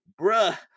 bruh